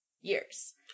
years